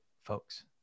folks